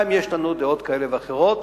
גם אם יש לנו דעות כאלה ואחרות,